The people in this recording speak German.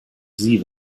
sie